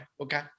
Okay